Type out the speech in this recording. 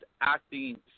acting